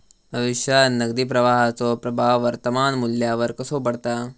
भविष्यात नगदी प्रवाहाचो प्रभाव वर्तमान मुल्यावर कसो पडता?